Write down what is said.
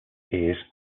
eight